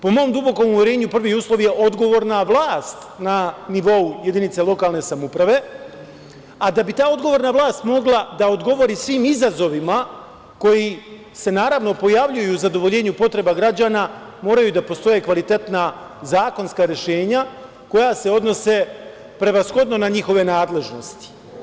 Po mom dubokom uverenju, prvi uslov je odgovorna vlast na nivou jedinice lokalne samouprave, a da bi ta odgovorna vlast mogla da odgovori svim izazovi koji se pojavljuju u zadovoljenju potreba građana, moraju da postoje kvalitetna zakonska rešenja koja se odnose prevashodno na njihove nadležnosti.